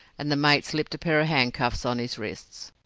and the mate slipped a pair of handcuffs on his wrists.